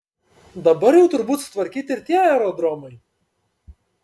dabar jau turbūt sutvarkyti ir tie aerodromai